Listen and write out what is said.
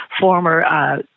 former